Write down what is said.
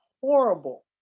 horrible